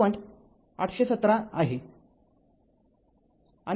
८१७ volt आहे